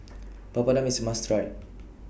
Papadum IS must Try